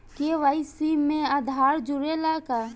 KYC में आधार जुड़े ला का?